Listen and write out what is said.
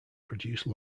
produce